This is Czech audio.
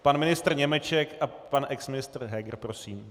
Pan ministr Němeček a pan exministr Heger, prosím.